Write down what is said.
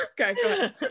Okay